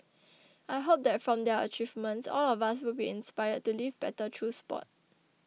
I hope that from their achievements all of us will be inspired to live better through sport